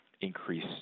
increase